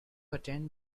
attend